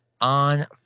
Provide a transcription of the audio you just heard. on